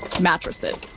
mattresses